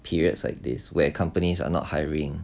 periods like this where companies are not hiring